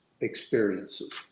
experiences